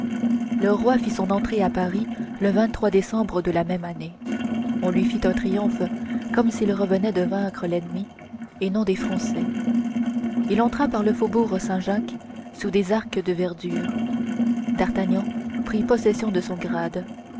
le roi fit son entrée à paris le décembre de la même année on lui fit un triomphe comme s'il revenait de vaincre l'ennemi et non des français il entra par le faubourg saint-jacques sous des arcs de verdure d'artagnan prit possession de son grade